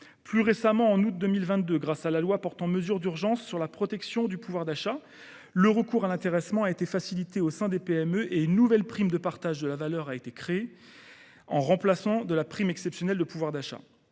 Plus récemment, en août 2022, grâce à la loi portant mesures d’urgence pour la protection du pouvoir d’achat, le recours à l’intéressement a été facilité au sein des PME et une nouvelle prime de partage de la valeur a été créée, en remplacement de la prime exceptionnelle de pouvoir d’achat.